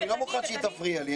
אני לא מוכן שהיא תפריע לי.